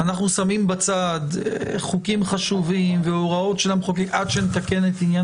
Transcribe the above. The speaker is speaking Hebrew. אנחנו שמים בצד חוקים חשובים והוראות של המחוקק עד שנתקן את עניין